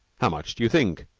how much do you think?